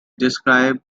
described